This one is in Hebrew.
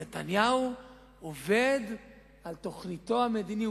נתניהו עובד על תוכניתו המדינית.